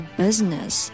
business